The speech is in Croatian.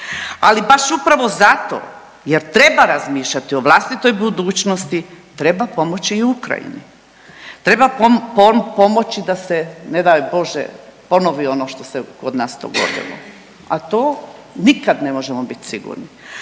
Ali baš upravo zato jer treba razmišljati o vlastitoj budućnosti treba pomoći i Ukrajini, treba pomoći da se ne daj Bože ponovi ono što se kod nas dogodilo, a to nikad ne možemo bit sigurni,